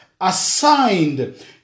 assigned